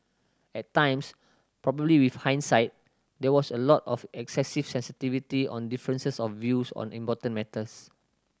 at times probably with hindsight there was a lot of excessive sensitivity on differences of views on important matters